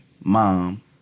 mom